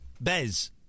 Bez